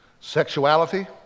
Sexuality